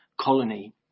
colony